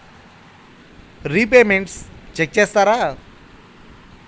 Repayments check చేస్తారా?